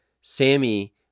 Sammy